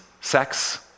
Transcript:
sex